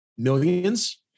Millions